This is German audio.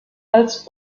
als